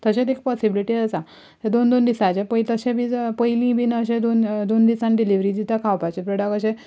तशेंच एक पोसिब्लिटी आसा ते दोन दोन दिसांचे पय तशे बी जर पयलीं बी अशें दोन दोन दिसान डिलिव्हरी दिता खावपाचे प्रोडक्ट अशे